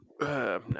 No